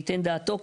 ייתן את דעתו,